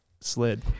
Slid